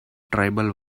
tribal